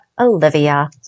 Olivia